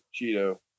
Cheeto